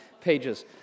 pages